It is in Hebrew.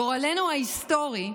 "גורלנו ההיסטורי,